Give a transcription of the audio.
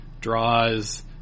draws